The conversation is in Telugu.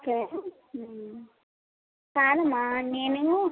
సరే కాదమ్మా నేను ఏమో